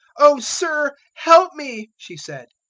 o sir, help me, she said.